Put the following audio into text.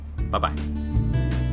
bye-bye